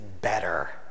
better